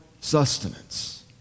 sustenance